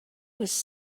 was